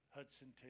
Hudson